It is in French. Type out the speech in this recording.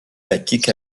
attique